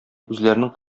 үзләренең